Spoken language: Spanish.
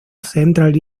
central